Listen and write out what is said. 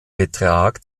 betrag